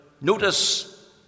notice